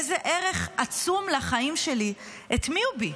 איזה ערך עצום לחיים שלי הטמיעו בי.